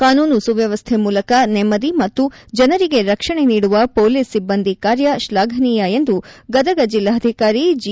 ಕಾನೂನು ಸುವ್ನವಸ್ಥೆಯ ಮೂಲಕ ನೆಮ್ದಿ ಮತ್ತು ಜನರಿಗೆ ರಕ್ಷಣೆ ನೀಡುವ ಪೊಲೀಸ್ ಸಿಬ್ಬಂದಿ ಕಾರ್ಯ ಶ್ಲಾಘನೀಯ ಎಂದು ಗದಗ ಜಿಲ್ಲಾಧಿಕಾರಿ ಜಿ